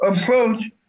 approach